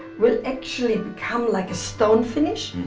will actually become like a stone finish.